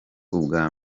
ubwa